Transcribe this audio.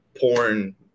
Porn